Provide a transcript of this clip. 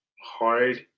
hard